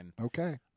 Okay